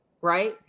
right